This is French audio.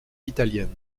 italienne